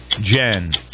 Jen